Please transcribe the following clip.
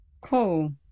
Cool